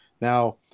now